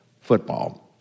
football